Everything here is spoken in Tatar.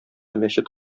мәчет